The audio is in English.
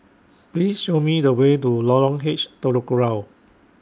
Please Show Me The Way to Lorong H Telok Kurau